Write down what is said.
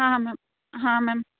ಹಾಂ ಮ್ಯಾಮ್ ಹಾಂ ಮ್ಯಾಮ್